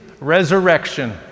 resurrection